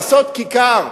לעשות כיכר.